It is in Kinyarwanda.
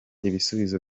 ibisubizo